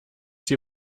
sie